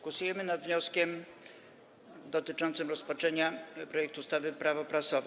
Głosujemy nad wnioskiem dotyczącym rozpatrzenia projektu ustawy Prawo prasowe.